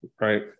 right